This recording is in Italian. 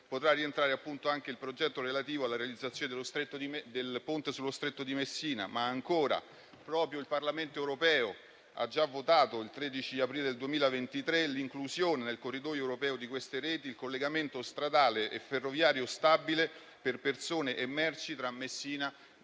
potrà rientrare anche il progetto relativo alla realizzazione del Ponte sullo Stretto di Messina. Ancora, proprio il Parlamento europeo ha già votato, il 13 aprile 2023, l'inclusione, nel corridoio europeo di queste reti, il collegamento stradale ferroviario stabile per persone e merci tra Messina e Villa